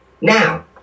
Now